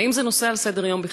האם זה נושא שעל סדר-היום בכלל?